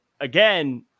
again